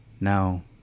Now